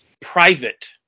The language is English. private